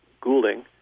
Goulding